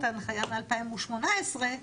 הנחיה מ-2018,